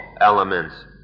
elements